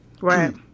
right